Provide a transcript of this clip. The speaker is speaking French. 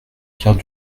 pierre